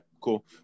cool